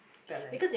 balance